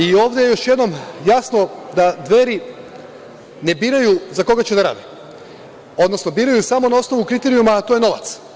I ovde je još jednom jasno da Dveri ne biraju za koga će da rade, odnosno biraju samo na osnovu kriterijuma, a to je novac.